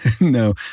No